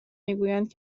میگویند